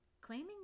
Claiming